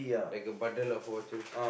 like a bundle of watches